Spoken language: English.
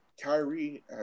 Kyrie